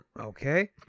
Okay